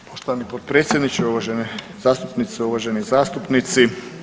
Poštovani potpredsjedniče, uvažene zastupnice, uvaženi zastupnici.